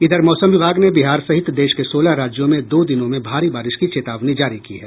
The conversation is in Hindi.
इधर मौसम विभाग ने बिहार सहित देश के सोलह राज्यों में दो दिनों में भारी बारिश की चेतावनी जारी की है